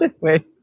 Wait